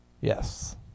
Yes